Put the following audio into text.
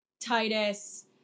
Titus